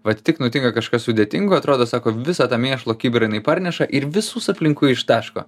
vat tik nutinka kažkas sudėtingo atrodo sako visą tą mėšlo kibirą jinai parneša ir visus aplinkui ištaško